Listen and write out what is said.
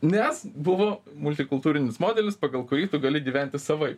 nes buvo multikultūrinis modelis pagal kurį tu gali gyventi savaip